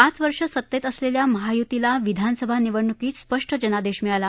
पाच वर्ष सत्तेत असलेल्या महायुतीला विधानसभा निवडणुकीत स्पष्ट जनादेश मिळाला